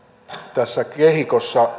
tässä kehikossa